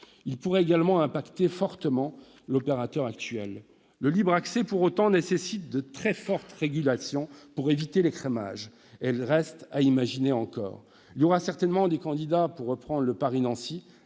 Il pourrait également impacter fortement l'opérateur actuel. Le libre accès, pour autant, nécessite de très fortes régulations, qui restent encore à imaginer, pour éviter l'écrémage. Il y aura certainement des candidats pour reprendre le Paris-Nancy,